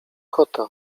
kota